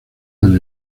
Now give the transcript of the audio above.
del